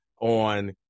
On